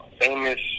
famous